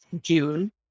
June